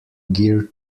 gear